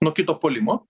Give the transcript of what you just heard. nuo kito puolimo